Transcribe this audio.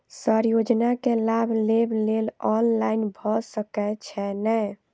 Sir योजना केँ लाभ लेबऽ लेल ऑनलाइन भऽ सकै छै नै?